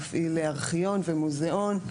מפעיל ארכיון ומוזיאון.